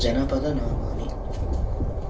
जनपदनामानि